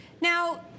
Now